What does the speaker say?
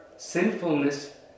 sinfulness